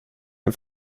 ein